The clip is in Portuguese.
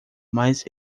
mas